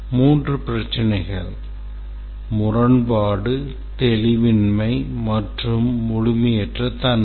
மூன்று பிரச்சினைகள் முரண்பாடு தெளிவின்மை மற்றும் முழுமையற்ற தன்மை